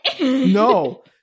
No